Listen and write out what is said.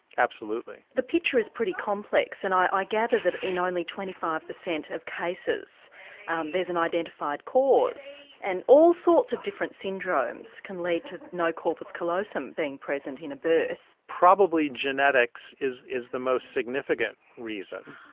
absolutely. the picture is pretty complex and i gather that in only twenty five percent of cases there's an identified cause and all sorts of different syndromes can lead to no corpus callosum being present in a birth. probably genetic is is the most significant reason.